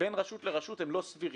בין רשות לרשות הם לא סבירים.